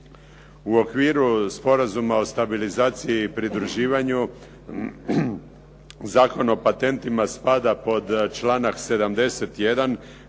U okviru Sporazuma o stabilizaciji i pridruživanju Zakon o patentima spada pod članak 71.